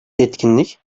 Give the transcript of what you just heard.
etkinlik